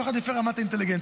כל אחד לפי רמת האינטליגנציה.